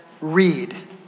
read